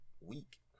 week